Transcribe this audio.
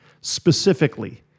specifically